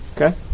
Okay